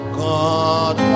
god